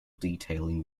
detailing